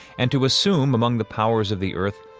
and to assume, among the powers of the earth,